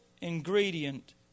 ingredient